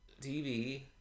TV